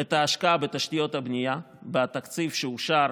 את ההשקעה בתשתיות הבנייה בתקציב שאושר,